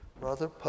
Brother